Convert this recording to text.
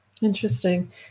Interesting